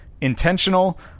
intentional